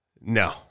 no